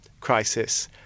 crisis